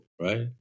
right